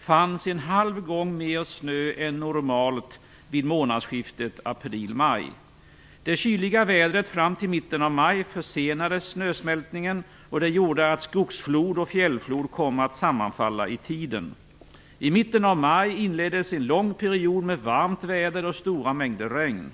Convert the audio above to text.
fanns en halv gång mer snö än normalt vid månadsskiftet april/maj. Det kyliga vädret fram till mitten av maj försenade snösmältningen, och det gjorde att skogsflod och fjällflod kom att sammanfalla i tiden. I mitten av maj inleddes en lång period med varmt väder och stora mängder regn.